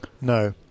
No